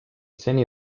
seni